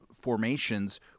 formations